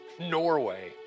Norway